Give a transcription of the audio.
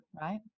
right